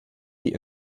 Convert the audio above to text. die